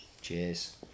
cheers